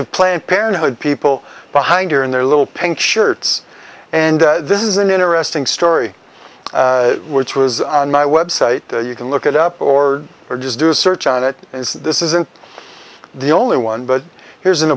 of planned parenthood people behind her in their little pink shirts and this is an interesting story which was on my website you can look it up or just do a search on it and this isn't the only one but here's an